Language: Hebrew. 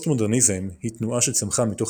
הפוסט-מודרניזם היא תנועה שצמחה מתוך